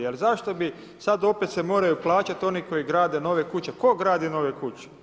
Jer zašto bi sad opet se moraju plaćati oni koji grade nove kuće, tko graditi nove kuće?